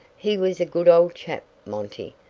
he was a good old chap, monty,